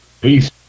Peace